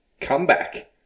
comeback